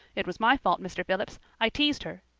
it was my fault mr. phillips. i teased her.